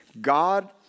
God